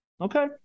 okay